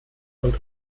und